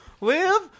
Live